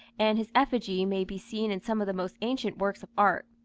and his effigy may be seen in some of the most ancient works of art.